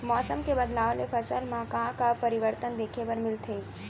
मौसम के बदलाव ले फसल मा का का परिवर्तन देखे बर मिलथे?